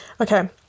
okay